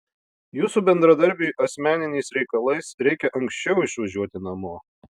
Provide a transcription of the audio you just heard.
jūsų bendradarbiui asmeniniais reikalais reikia anksčiau išvažiuoti namo